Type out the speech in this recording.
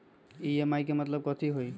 EMI के मतलब कथी होई?